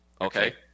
Okay